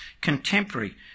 contemporary